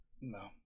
No